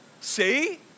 See